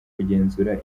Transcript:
kugenzura